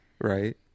right